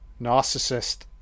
Narcissist